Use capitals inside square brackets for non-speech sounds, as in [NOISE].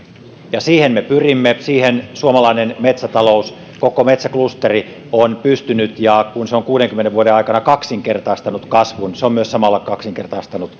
ja siihen me pyrimme siihen suomalainen metsätalous koko metsäklusteri on pystynyt ja kun se on kuudenkymmenen vuoden aikana kaksinkertaistanut kasvun se on myös samalla kaksinkertaistanut [UNINTELLIGIBLE]